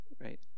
right